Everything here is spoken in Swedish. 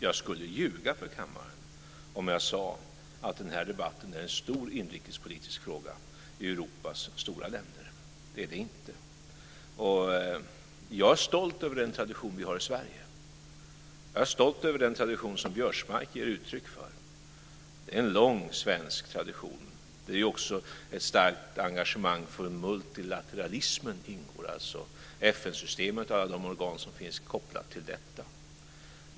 Jag skulle ljuga för kammaren om jag sade att den här debatten är en stor inrikespolitisk fråga i Europas stora länder. Det är den inte. Jag är stolt över den tradition vi har i Sverige, och jag är stolt över den tradition som Biörsmark ger uttryck för. Det är en lång svensk tradition. Det är också ett starkt engagemang för multilateralismen, dvs. FN-systemet och alla de organ som finns kopplat till detta.